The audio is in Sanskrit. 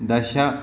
दश